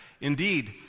Indeed